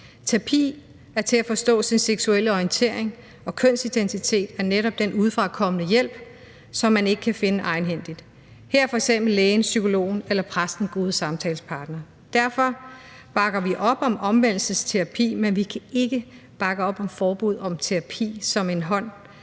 Terapi til at forstå sin seksuelle orientering og kønsidentitet er netop den udefrakommende hjælp, som man ikke kan finde egenhændigt. Her er f.eks. lægen, psykologen eller præsten gode samtalepartnere. Derfor bakker vi op om et forbud mod omvendelsesterapi, men vi kan ikke bakke op om et forbud mod terapi som en hånd,